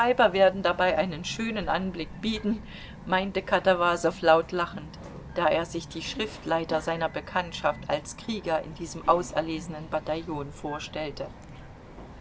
werden dabei einen schönen anblick bieten meinte katawasow laut lachend da er sich die schriftleiter seiner bekanntschaft als krieger in diesem auserlesenen bataillon vorstellte